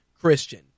Christian